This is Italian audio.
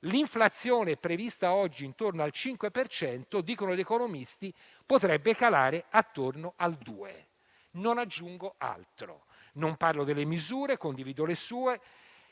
l'inflazione prevista oggi intorno al 5 per cento - dicono gli economisti - potrebbe calare attorno al 2. Non aggiungo altro. Non parlo delle misure; condivido le sue.